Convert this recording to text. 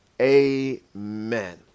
Amen